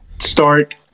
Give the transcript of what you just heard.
start